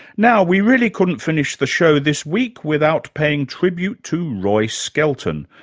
now we really couldn't finish the show this week without paying tribute to roy skelton,